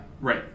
right